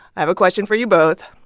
i have a question for you both.